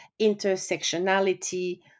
intersectionality